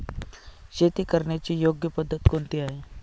शेती करण्याची योग्य पद्धत कोणती आहे?